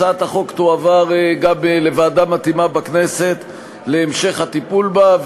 הצעת החוק תועבר גם לוועדה מתאימה בכנסת להמשך הטיפול בה.